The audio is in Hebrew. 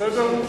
זה לא הסדר.